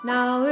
Now